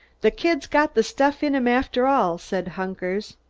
the kid's got the stuff in him after all, said hunkers.